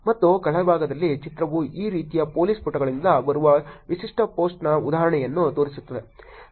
ಮತ್ತು ಕೆಳಭಾಗದಲ್ಲಿ ಚಿತ್ರವು ಈ ರೀತಿಯ ಪೋಲಿಸ್ ಪುಟಗಳಿಂದ ಬರುವ ವಿಶಿಷ್ಟ ಪೋಸ್ಟ್ನ ಉದಾಹರಣೆಯನ್ನು ತೋರಿಸುತ್ತದೆ